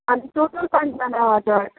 हामी टोटल पाँचजना हजुर